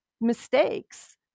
mistakes